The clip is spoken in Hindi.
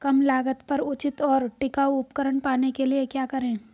कम लागत पर उचित और टिकाऊ उपकरण पाने के लिए क्या करें?